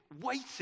Waiting